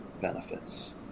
benefits